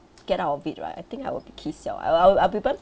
get out of it right I think I will be kee siao I'll I'll I'll become